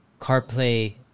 CarPlay